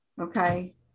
Okay